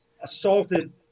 assaulted